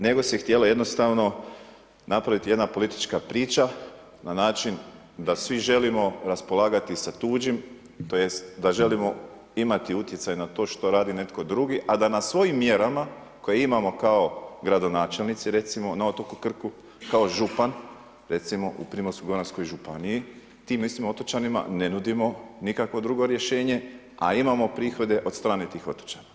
Nego se htjela jednostavno napraviti jedna politička priča, na način da svi želimo raspolagati sa tuđim, tj. da želimo imati utjecaj na to što radi netko drugi, a da na svojim mjerama koje imamo kao gradonačelnici recimo, na otoku Krku, kao župan recimo u Primorsko-goranskoj županiji, tim istim otočanima ne nudimo nikakvo drugo rješenje, a imamo prihode od strane tih otočana.